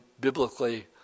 biblically